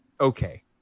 okay